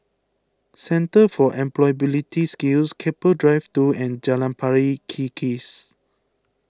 Centre for Employability Skills Keppel Drive two and Jalan Pari Kikis